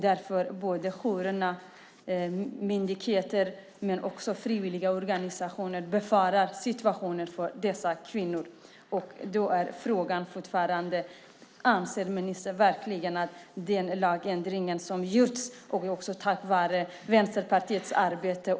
Därför borde jourerna, myndigheter och frivilliga organisationer uppmärksamma situationen för dessa kvinnor. Då är frågan fortfarande: Vad anser ministern om den lagändring som gjordes, bland annat tack vare Vänsterpartiets arbete?